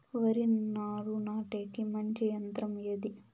వరి నారు నాటేకి మంచి యంత్రం ఏది?